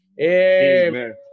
amen